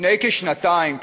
לפני כשנתיים,